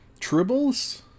Tribbles